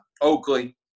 Oakley